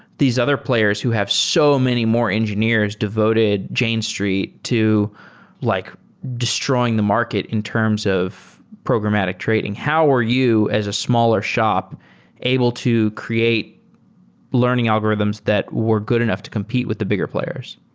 these other players who have so many more engineers devoted jane street to like destroying the market in terms of programmatic trading. how were you as a smaller shop able to create learning algorithms that were good enough to compete with the bigger players?